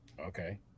Okay